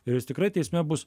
ir jis tikrai teisme bus